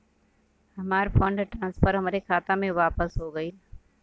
हमार fund transfer हमरे खाता मे वापस हो गईल